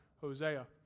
Hosea